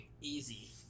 Easy